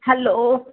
hello